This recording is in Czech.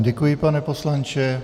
Děkuji vám, pane poslanče.